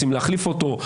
רוצים להחליף אותו.